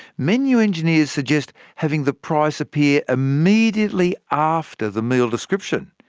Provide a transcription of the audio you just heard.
menu engineers suggest having the price appear immediately after the meal description.